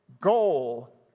goal